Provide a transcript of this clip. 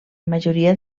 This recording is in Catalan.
majoria